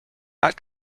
that